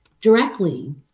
directly